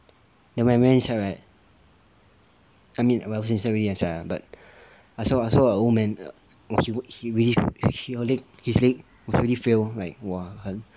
then when I went inside right I mean when I was already inside ah but I saw I saw an old man he walk he really he his leg is really fail like !wah! 很